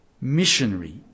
missionary